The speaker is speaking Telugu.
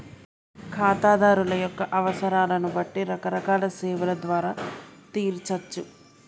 ఖాతాదారుల యొక్క అవసరాలను బట్టి రకరకాల సేవల ద్వారా తీర్చచ్చు